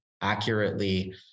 accurately